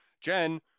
Jen